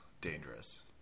Dangerous